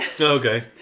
Okay